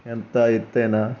ఎంత ఎత్తయినా